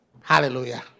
Hallelujah